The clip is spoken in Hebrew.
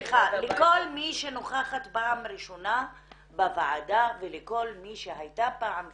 לכל מי שנוכחת בוועדה פעם ראשונה ולכל מי שהייתה פעם ושכחה,